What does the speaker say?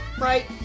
Right